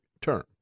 term